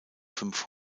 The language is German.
fünf